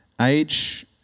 Age